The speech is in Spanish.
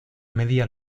media